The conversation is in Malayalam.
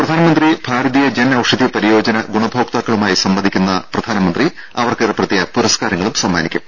പ്രധാൻമന്ത്രി ഭാരതീയ ജൻ ഔഷധി പരിയോജന ഗുണഭോക്താക്കളുമായി സംവദിക്കുന്ന അദ്ദേഹം അവർക്ക് ഏർപ്പെടുത്തിയ പുരസ്കാരങ്ങളും സമ്മാനിക്കും